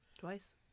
Twice